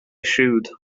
siúd